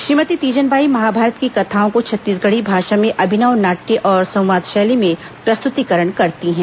श्रीमती तीजन बाई महाभारत की कथाओं को छत्तीसगढ़ी भाषा में अभिनव नाट्य और संवाद शैली में प्रस्तृतिकरण करती हैं